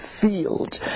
field